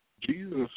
Jesus